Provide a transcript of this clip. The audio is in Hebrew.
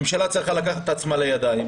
הממשלה צריכה לקחת את עצמה על הידיים